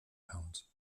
pounds